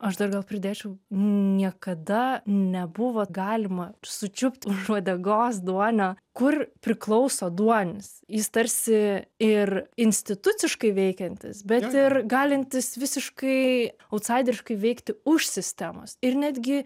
aš dar gal pridėčiau niekada nebuvo galima sučiupti už uodegos duonio kur priklauso duonis jis tarsi ir instituciškai veikiantis bet ir galintis visiškai autsaideriškai veikti už sistemos ir netgi